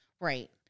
Right